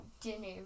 dinner